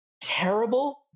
terrible